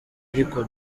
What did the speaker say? ariko